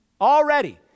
Already